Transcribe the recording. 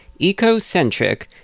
Ecocentric